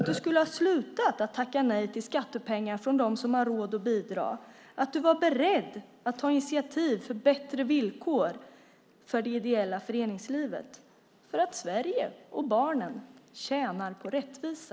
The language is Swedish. Du skulle ha slutat att tacka nej till skattepengar från dem som har råd att bidra och säga att du var beredd att ta initiativ för bättre villkor för det ideella föreningslivet för att Sverige och barnen tjänar på rättvisa.